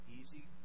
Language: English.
easy